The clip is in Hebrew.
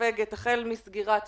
החל מסגירת שדה-דב,